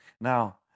Now